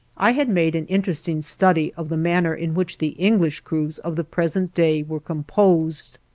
i had made an interesting study of the manner in which the english crews of the present day were composed.